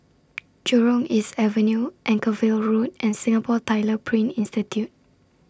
Jurong East Avenue Anchorvale Road and Singapore Tyler Print Institute